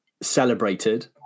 celebrated